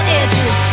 edges